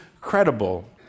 credible